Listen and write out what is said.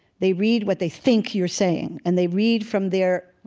they read what they think you're saying. and they read from their,